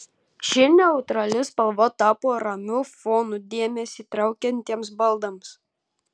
ši neutrali spalva tapo ramiu fonu dėmesį traukiantiems baldams